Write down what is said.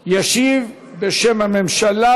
העבודה, הרווחה והבריאות להכנתה לקריאה